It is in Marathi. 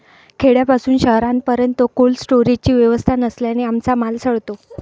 खेड्यापासून शहरापर्यंत कोल्ड स्टोरेजची व्यवस्था नसल्याने आमचा माल सडतो